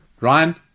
Ryan